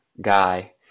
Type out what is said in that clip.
guy